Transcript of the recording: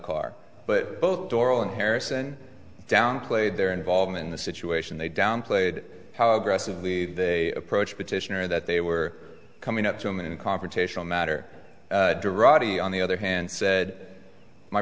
car but both durrell and harrison downplayed their involvement in the situation they downplayed how aggressively they approach petitioner that they were coming up to him in a confrontational matter durai on the other hand said my